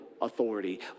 authority